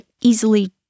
easily